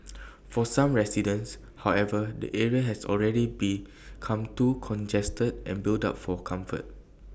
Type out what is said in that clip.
for some residents however the area has already be come too congested and built up for comfort